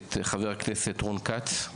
חבר הכנסת רון כץ,